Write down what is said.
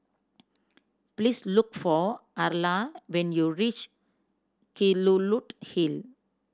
please look for Arla when you reach Kelulut Hill